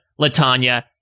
LaTanya